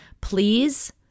Please